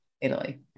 Italy